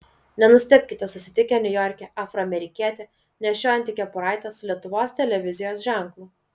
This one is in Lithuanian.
nenustebkite susitikę niujorke afroamerikietį nešiojantį kepuraitę su lietuvos televizijos ženklu